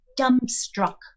dumbstruck